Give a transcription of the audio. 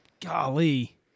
golly